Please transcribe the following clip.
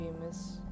famous